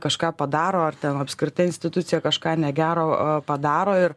kažką padaro ar ten apskritai institucija kažką negero padaro ir